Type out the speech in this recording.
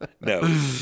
No